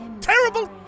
terrible